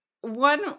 one